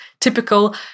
typical